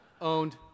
Owned